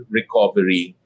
recovery